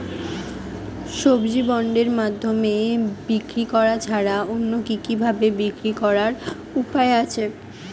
সবজি বন্ডের মাধ্যমে বিক্রি করা ছাড়া অন্য কি কি ভাবে বিক্রি করার উপায় আছে?